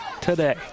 today